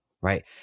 right